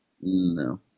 No